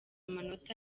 amanota